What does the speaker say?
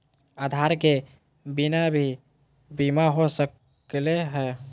आधार के बिना भी बीमा हो सकले है?